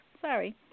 sorry